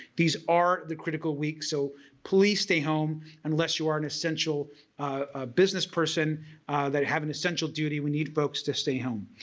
these are the critical weeks so please stay home unless you are an essential ah business person that has an essential duty, we need folks to stay home.